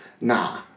nah